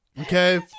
Okay